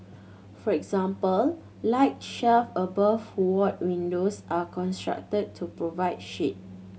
for example light shelves above ward windows are constructed to provide shade